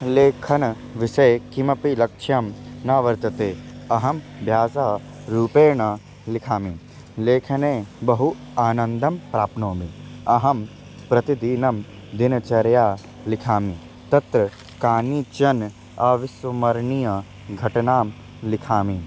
लेखनविषये किमपि लक्ष्यं न वर्तते अहं भाषारूपेण लिखामि लेखने बहु आनन्दं प्राप्नोमि अहं प्रतिदिनं दिनचर्या लिखामि तत्र् कानिचन अविस्मरणीय घटनां लिखामि